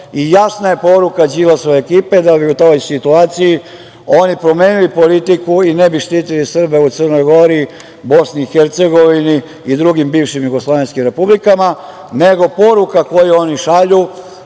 Jasna je poruka Đilasove ekipe da bi u toj situaciji, oni promenili politiku i ne bi štitili Srbe u Crnoj Gori, BiH i drugim bivšim jugoslovenskim republikama. Poruka koju oni šalju